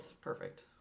Perfect